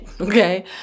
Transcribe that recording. okay